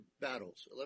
battles